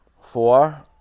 Four